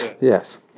Yes